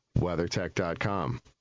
WeatherTech.com